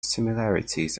similarities